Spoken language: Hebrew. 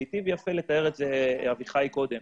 היטיב יפה לתאר את זה אביחי קודם.